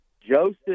Joseph